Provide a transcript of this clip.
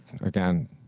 again